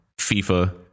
FIFA